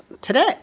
today